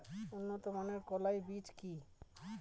উন্নত মানের কলাই বীজ কি?